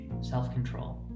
self-control